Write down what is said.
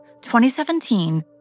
2017